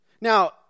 Now